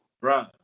Bro